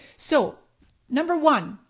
so number one,